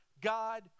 God